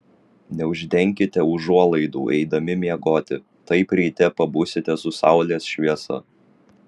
neuždenkite užuolaidų eidami miegoti taip ryte pabusite su saulės šviesa